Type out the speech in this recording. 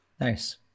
Nice